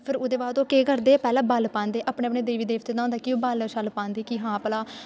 फिर ओह्दे बाद केह् करदे पैह्लें बल पांदे अपने अपने देवी देवतें दा होंदा कि ओह् बल शल पांदे कि हां भला